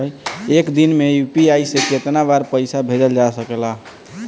एक दिन में यू.पी.आई से केतना बार पइसा भेजल जा सकेला?